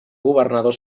governador